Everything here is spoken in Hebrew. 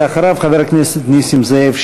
אחריו, חבר הכנסת נסים זאב,